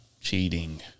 cheating